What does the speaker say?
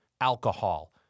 alcohol